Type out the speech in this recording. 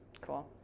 Cool